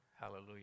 Hallelujah